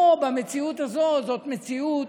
פה, המציאות הזאת זו מציאות